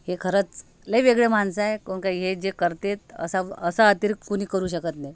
हे खरंच लय वेगळे माणसं आहे काऊन का हे जे करतेत असा असा अतिरेक कुनी करू शकत नाही